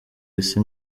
isi